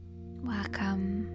Welcome